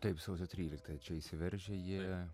taip sausio tryliktąją čia įsiveržė jie